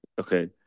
okay